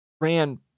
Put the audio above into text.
ran